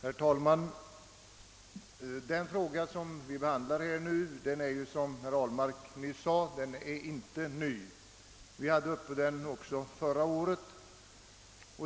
Herr talman! Den fråga vi nu behandlar är, som herr Ahlmark nyss sade, inte ny. Vi hade den uppe också förra året.